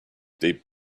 deep